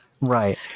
Right